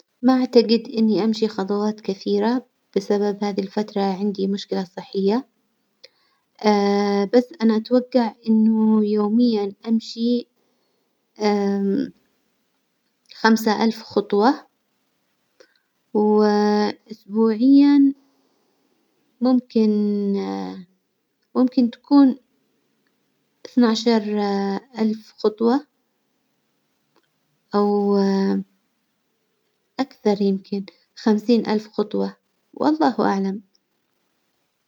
ما أعتجد إني أمشي خطوات كثيرة بسبب هذي الفترة عندي مشكلة صحية بس أنا أتوجع إنه يوميا أمشي خمسة ألف خطوة و أسبوعيا ممكن ممكن تكون اثنعشر ألف خطوة أو أكثر، يمكن خمسين ألف خطوة والله أعلم.